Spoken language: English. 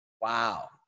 Wow